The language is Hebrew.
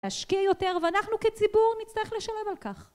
להשקיע יותר ואנחנו כציבור נצטרך לשלם על כך